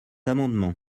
amendement